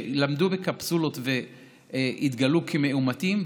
שלמדו בקפסולות והתגלו כמאומתים.